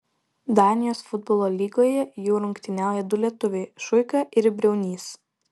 danijos futbolo lygoje jau rungtyniauja du lietuviai šuika ir briaunys